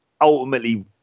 ultimately